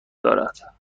دارد